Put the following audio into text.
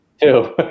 Two